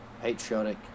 patriotic